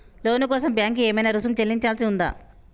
లోను కోసం బ్యాంక్ కి ఏమైనా రుసుము చెల్లించాల్సి ఉందా?